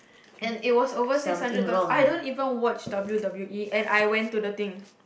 and it was over six hundred dollars I don't even watch W_W_E and I went to the thing